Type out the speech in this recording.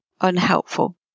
unhelpful